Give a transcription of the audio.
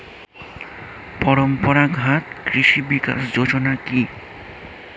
পরম্পরা ঘাত কৃষি বিকাশ যোজনা কি?